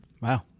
Wow